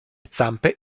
zampe